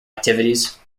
activities